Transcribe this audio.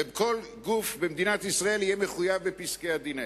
וכל גוף במדינת ישראל יהיה מחויב בפסקי-הדין האלה.